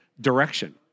direction